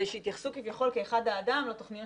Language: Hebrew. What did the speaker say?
ושהתייחסו כביכול כאחד האדם לתוכניות